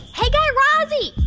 hey, guy razzie.